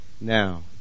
now